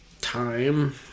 time